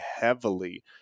heavily